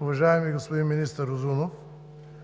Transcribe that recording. уважаеми министър Узунов!